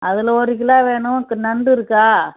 அதில் ஒரு கிலோ வேணும் நண்டு இருக்கா